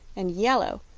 and yellow,